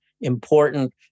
important